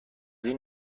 این